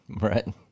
right